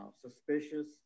suspicious